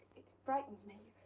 it frightens me.